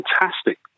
fantastic